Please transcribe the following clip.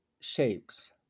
shapes